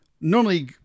normally